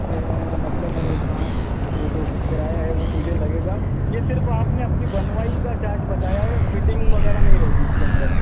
تو مطلب وہ کیا وہ جو کرایہ ہے وہ مجھے لگے گا یہ صرف آپ نے اپنی بنوائی کا چارج بتایا ہے فٹنگ وغیرہ نہیں رہے گی اس کے اندر